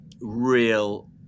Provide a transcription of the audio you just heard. real